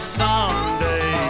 someday